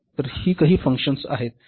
तर ही काही फंक्शन्स आहेत बरोबर